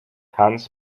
hans